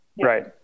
Right